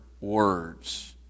words